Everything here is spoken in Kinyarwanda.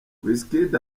wizkid